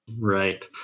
Right